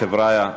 חבריא,